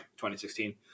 2016